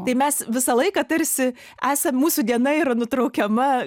tai mes visą laiką tarsi esam mūsų diena yra nutraukiama